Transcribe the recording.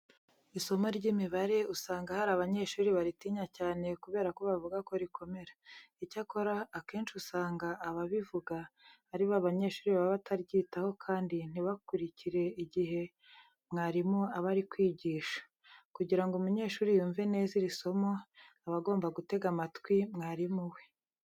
Isomo ry'imibare usanga hari abanyeshuri baritinya cyane kubera ko bavuga ko rikomera. Icyakora akenshi usanga ababivuga ari ba banyeshuri baba bataryitaho kandi ntibakurikire igihe mwarimu aba ari kwigisha. Kugira ngo umunyeshuri yumve neza iri somo, aba agomba gutega amatwi mwarimu we.